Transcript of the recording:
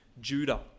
Judah